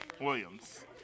Williams